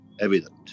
evident